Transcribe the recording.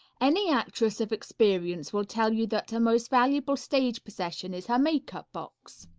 any actress of experience will tell you that her most valuable stage possession is her makeup box.